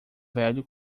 velho